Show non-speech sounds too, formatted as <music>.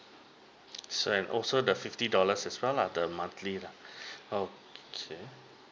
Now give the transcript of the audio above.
so and also the fifty dollars as well lah the monthly lah <breath> okay